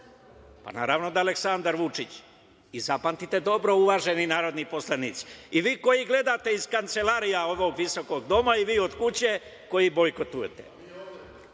Pa naravno da je Aleksandar Vučić. Zapamtite dobro, uvaženi narodni poslanici, i vi koji gledate iz kancelarija ovog visokog doma i vi od kuće koji bojkotujete,